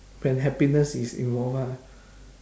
when happiness is involve ah